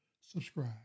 Subscribe